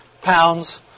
pounds